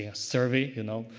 yeah survey, you know.